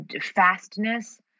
fastness